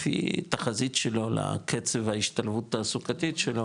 לפי תחזית שלו לקצב ההשתלבות התעסוקתית שלו,